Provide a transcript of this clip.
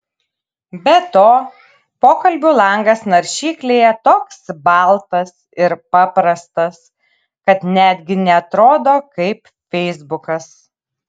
be to pokalbių langas naršyklėje toks baltas ir paprastas kad netgi neatrodo kaip feisbukas